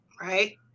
right